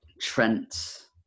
Trent